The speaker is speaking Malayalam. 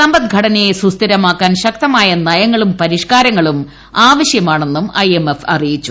സമ്പദ് ഘടനയെ സുസ്ഥിരമാക്കാൻ നയങ്ങളും പരിഷ്കാരങ്ങളും ആവശ്യമാണെന്നും ഐ എം എഫ് അറിയിച്ചു